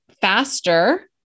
faster